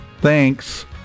Thanks